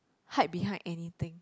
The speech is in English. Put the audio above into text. hide behind anything